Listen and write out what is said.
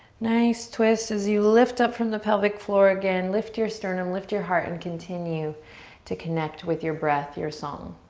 nice twist as you lift up from the pelvic floor again. lift your sternum, lift your heart and continue to connect with your breath, your song.